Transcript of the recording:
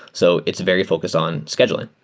so it's very focused on scheduling.